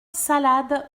salade